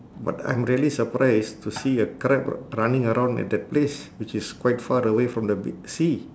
but I'm really surprised to see a crab running around at the place which is quite far away from the be~ sea